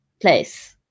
place